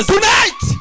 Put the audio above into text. Tonight